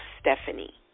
Stephanie